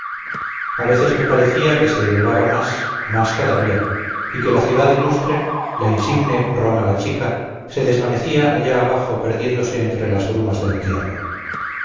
a veces me parecía que se elevaba más más todavía y que la ciudad ilustre la insigne roma la chica se desvanecía allá abajo perdiéndose entre las brumas de la tierra